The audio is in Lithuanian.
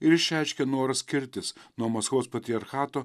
ir išreiškė norą skirtis nuo maskvos patriarchato